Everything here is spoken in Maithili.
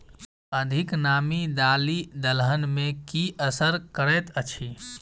अधिक नामी दालि दलहन मे की असर करैत अछि?